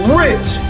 rich